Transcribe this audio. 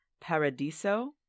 Paradiso